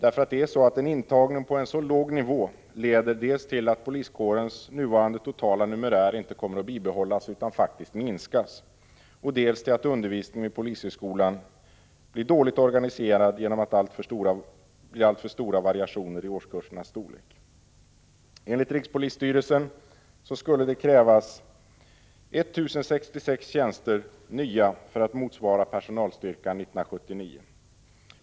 En intagning på denna låga nivå leder till dels att kårens nuvarande totala numerär inte kan bibehållas utan faktiskt minskas, dels att undervisningen vid polishögskolan blir dåligt organiserad genom att det blir alltför stora variationer i årskursernas storlek. Enligt rikspolisstyrelsen skulle det krävas 1 066 nya tjänster för att polisen skulle få en personalstyrka motsvarande den man hade 1979.